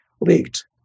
leaked